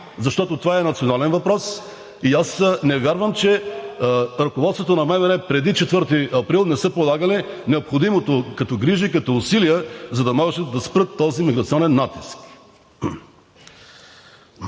защото това е национален въпрос и не вярвам, че ръководството на МВР преди 4 април не е полагало необходимото като грижи, като усилия, за да може да спре този миграционен натиск.